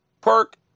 Perk